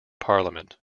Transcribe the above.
parliament